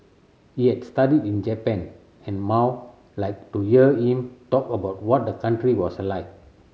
he had studied in Japan and Mao liked to hear him talk about what the country was like